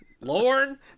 Lorne